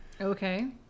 Okay